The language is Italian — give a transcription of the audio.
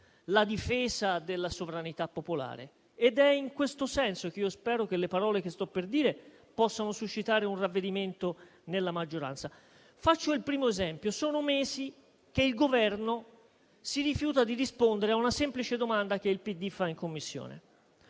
la difesa della sovranità popolare, ed è in questo senso che spero che le parole che sto per dire possano suscitare un ravvedimento nella maggioranza. Faccio il primo esempio: sono mesi che il Governo si rifiuta di rispondere a una semplice domanda che il Partito